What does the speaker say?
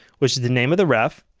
which is the name of the ref,